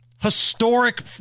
historic